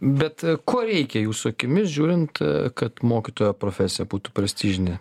bet ko reikia jūsų akimis žiūrint kad mokytojo profesija būtų prestižinė